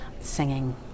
singing